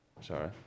sorry